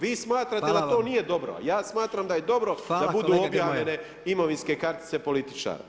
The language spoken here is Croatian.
Vi smatrate da to nije dobro, a ja smatram da je dobro da budu objavljene imovinske kartice političara.